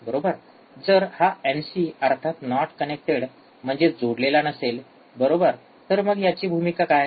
जर हा एनसी अर्थात नाॅट कनेक्टेड म्हणजे जोडलेला नसेल बरोबर तर मग याची भूमिका काय